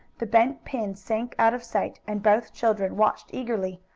the bent pin sank out of sight, and both children watched eagerly,